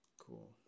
Cool